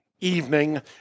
evening